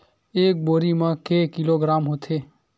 एक बोरी म के किलोग्राम होथे?